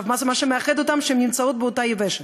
מה שמאחד אותן הוא שהן נמצאות באותה יבשת.